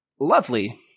Lovely